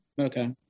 Okay